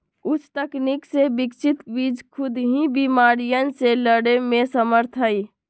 उच्च तकनीक से विकसित बीज खुद ही बिमारियन से लड़े में समर्थ हई